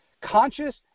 Conscious